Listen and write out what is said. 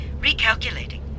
Recalculating